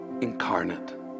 incarnate